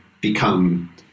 become